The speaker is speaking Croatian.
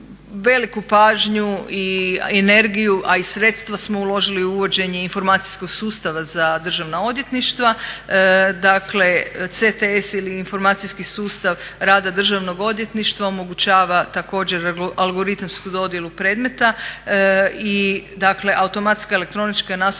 Veliku pažnju i energiju a i sredstva smo uložili u uvođenje informacijskog sustava za državna odvjetništva. Dakle, CTS ili informacijski sustav rada Državnog odvjetništva omogućava također algoritamsku dodjelu predmeta i dakle automatska elektronička i nasumična